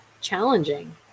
challenging